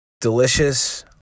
Delicious